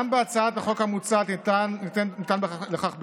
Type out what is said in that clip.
גם בהצעת החוק המוצעת ניתן לכך ביטוי,